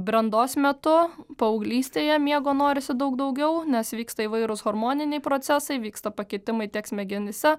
brandos metu paauglystėje miego norisi daug daugiau nes vyksta įvairūs hormoniniai procesai vyksta pakitimai tiek smegenyse